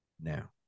now